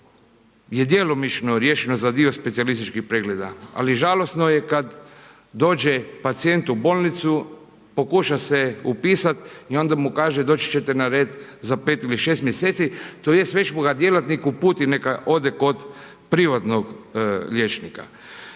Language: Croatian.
je djelomično riješeno za dio specijalističkih pregleda, ali žalosno je kad dođe pacijent u bolnicu, pokuša se upisat i onda mu kaže, doći ćete na red za 5 ili 6 mjeseci, tj. već mu ga djelatnik uputi neka ode privatnog liječnika.